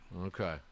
Okay